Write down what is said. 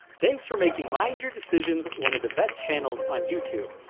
thanks for making mindyourdecisions one of the best channel on youtube.